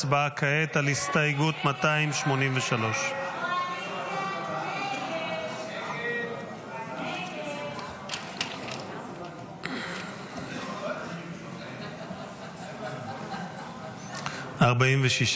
הצבעה כעת על הסתייגות 283. הסתייגות 283 לא נתקבלה.